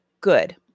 good